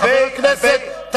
חבר הכנסת עזרא,